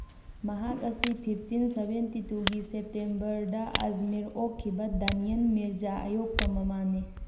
ꯃꯍꯥꯛ ꯑꯁꯤ fifteen seventy ꯇꯨꯒꯤ ꯁꯦꯞꯇꯦꯝꯕꯔꯗ ꯑꯖꯃꯤꯔ ꯑꯣꯛꯈꯤꯕ ꯗꯅꯤꯌꯟ ꯃꯤꯔꯖꯥ ꯑꯌꯣꯛꯄ ꯃꯃꯥꯅꯤ